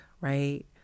right